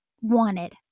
wanted